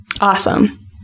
awesome